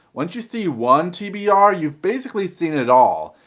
once you see one tbr you've basically seen it all.